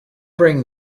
bring